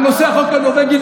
חותמת גומי.